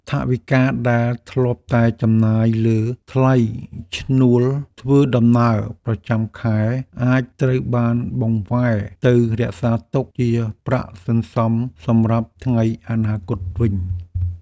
ថវិកាដែលធ្លាប់តែចំណាយលើថ្លៃឈ្នួលធ្វើដំណើរប្រចាំខែ អាចត្រូវបានបង្វែរទៅរក្សាទុកជាប្រាក់សន្សំសម្រាប់ថ្ងៃអនាគតវិញ។